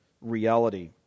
reality